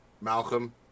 Malcolm